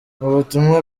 butumwa